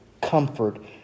comfort